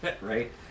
Right